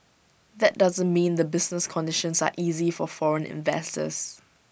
that doesn't mean the business conditions are easy for foreign investors